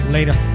Later